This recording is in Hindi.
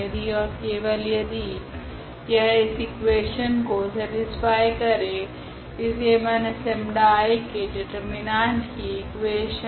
यदि ओर केवल यदि यह इस इकुवेशन को सेटीस्फाय करे इस 𝐴−𝜆𝐼 के डिटर्मिनांट की इकुवेशन